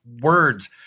words